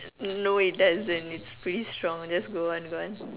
no it doesn't it's pretty strong just go on go on